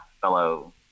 fellow